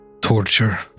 torture